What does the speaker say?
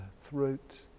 throat